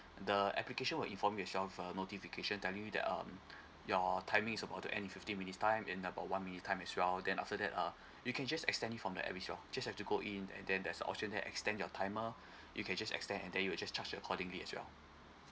the application will inform yourself uh notification telling you that um your timing is about to end in fifteen minutes time in about one minute time as well then after that uh you can just extend it from there every hour just have to go in and then there's an option there extend your timer you can just extend and then you will just charge accordingly as well